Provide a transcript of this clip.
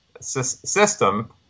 system